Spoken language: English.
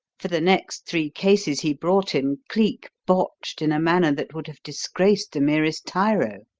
for the next three cases he brought him cleek botched in a manner that would have disgraced the merest tyro.